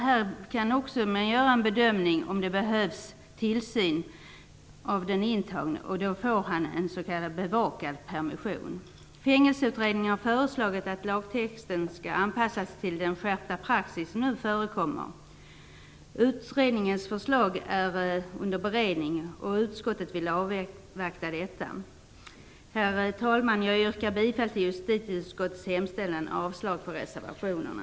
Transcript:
Här kan också göras en bedömning av om det behövs tillsyn av den intagne, som då får en s.k. bevakad permission. Fängelseutredningen har föreslagit att lagtexten skall anpassas till den skärpta praxis som nu förekommer. Utredningens förslag är under beredning, och utskottet vill avvakta detta. Herr talman! Jag yrkar bifall till justitieutskottets hemställan och avslag på reservationerna.